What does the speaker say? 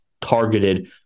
targeted